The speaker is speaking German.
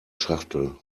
schachtel